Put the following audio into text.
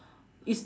is